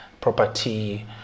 property